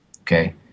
Okay